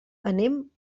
anem